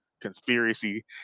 conspiracy